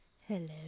Hello